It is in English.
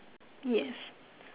yes